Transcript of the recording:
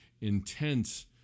intense